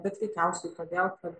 bet veikiausiai todėl kad